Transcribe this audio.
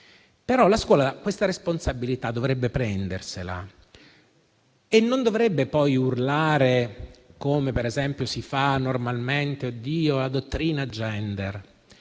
però, questa responsabilità dovrebbe prendersela e non dovrebbe poi urlare, come per esempio si fa normalmente, contro la dottrina *gender*.